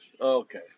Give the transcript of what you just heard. Okay